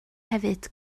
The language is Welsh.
hefyd